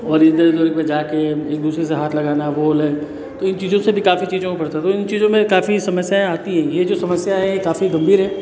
और इधर उधर पर जाकर एक दूसरे से हाथ लगाना वह लें तो इन चीज़ों से भी काफी चीज़ों में पड़ता है तो इन चीज़ों में काफी समस्याएँ आती हैं यह जो समस्या है यह काफी गंभीर है